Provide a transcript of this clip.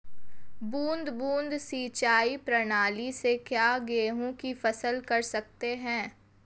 बूंद बूंद सिंचाई प्रणाली से क्या गेहूँ की फसल कर सकते हैं?